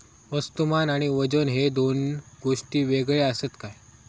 वस्तुमान आणि वजन हे दोन गोष्टी वेगळे आसत काय?